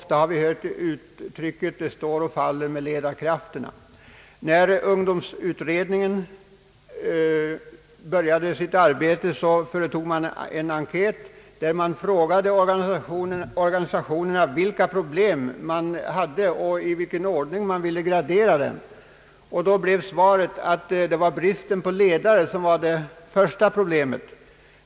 Man har ofta hört uttrycket att »det står och faller med ledarkrafterna». När ungdomsutredningen började sitt arbete frågade den organisationerna vilka problem de hade och i vilken ordning de ville gradera dem. Då blev svaret att bristen på ledare var det första problemet.